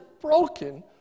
broken